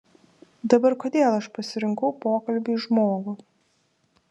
dabar kodėl aš pasirinkau pokalbiui žmogų